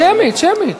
שמית, שמית.